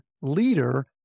leader